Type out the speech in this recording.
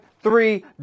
Three